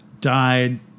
died